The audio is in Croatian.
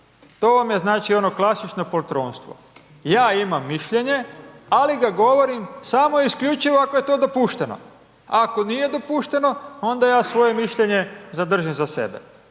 to vam je, znači, ono klasično poltronstvo, ja imam mišljenje, ali ga govorim samo isključivo ako je to dopušteno, a ako nije dopušteno, onda ja svoje mišljenje zadržim za sebe